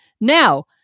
Now